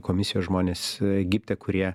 komisijos žmones egipte kurie